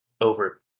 over